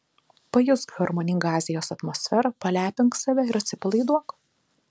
pajusk harmoningą azijos atmosferą palepink save ir atsipalaiduok